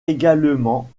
également